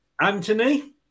Anthony